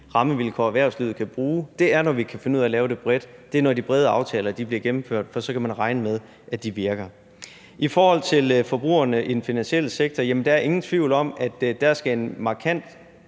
rammevilkårene, som erhvervslivet kan bruge, er, når vi kan finde ud af at lave det bredt, altså, når de brede aftaler bliver gennemført, for så kan man regne med, at de virker. I forhold til forbrugerne i den finansielle sektor er der ingen tvivl om, at der skal ske en markant